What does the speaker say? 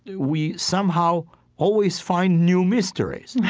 we somehow always find new mysteries right